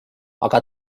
aga